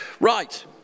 Right